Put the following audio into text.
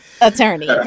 attorney